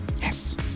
Yes